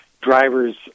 drivers